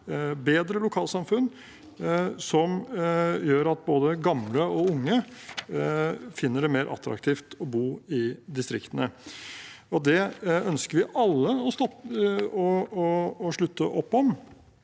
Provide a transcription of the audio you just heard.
bedre lokalsamfunn som gjør at både gamle og unge finner det mer attraktivt å bo i distriktene. Det ønsker vi alle å slutte opp om.